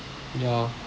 ya